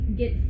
get